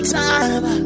time